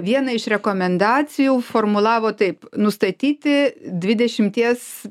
vieną iš rekomendacijų formulavo taip nustatyti dvidešimties